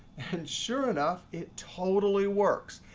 and sure enough it totally works.